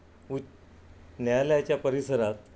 उच्च न्यायालयाच्या परिसरात